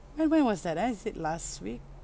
when when was that ah is it last week